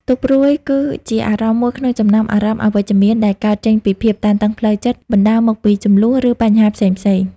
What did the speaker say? ទុក្ខព្រួយ គឺជាអារម្មណ៍មួយក្នុងចំណោមអារម្មណ៍អវិជ្ជមានដែលកើតចេញពីភាពតានតឹងផ្លូវចិត្ត បណ្ដាលមកពីជម្លោះ ឬបញ្ហាផ្សេងៗ។